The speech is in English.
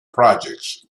projects